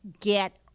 get